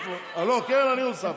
את קרן אני הוספתי.